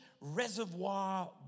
reservoir